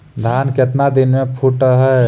धान केतना दिन में फुट है?